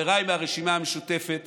חבריי מהרשימה המשותפת